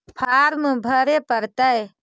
Farm भरे परतय?